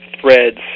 threads